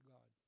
God